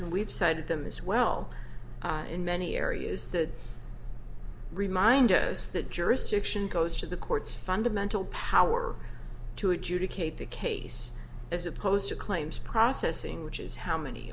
and we've cited them as well in many areas that remind us that jurisdiction goes to the court's fundamental power to adjudicate the case as opposed to claims processing which is how many